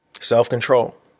Self-control